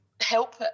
help